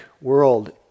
world